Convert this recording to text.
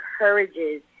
encourages